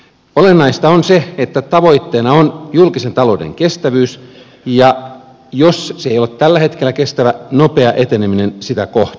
olennaista on se että tavoitteena on julkisen talouden kestävyys ja jos se ei ole tällä hetkellä kestävä nopea eteneminen sitä kohti